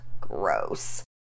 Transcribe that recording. Gross